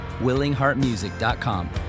willingheartmusic.com